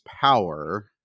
power